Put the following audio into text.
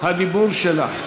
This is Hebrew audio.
הדיבור שלך.